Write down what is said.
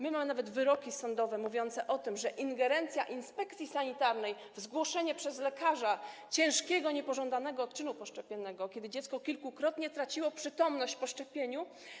My mamy nawet wyroki sądowe mówiące o tym, że ingerencja inspekcji sanitarnej w zgłoszenie przez lekarza ciężkiego niepożądanego odczynu poszczepiennego, kiedy dziecko kilkukrotnie traciło przytomność po szczepieniu.